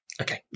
Okay